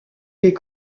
les